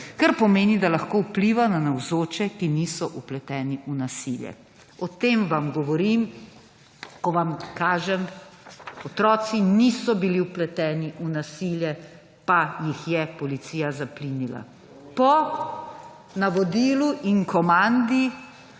kar pomeni, da lahko vpliva na navzoče, ki niso vpleteni v nasilje. O tem vam govorim, ko vam kažem, otroci niso bili vpleteni v nasilje, pa jih je policija zaplinila po navodilu in komandi,